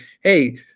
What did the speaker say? Hey